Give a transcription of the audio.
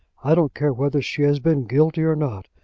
i don't care whether she has been guilty or not.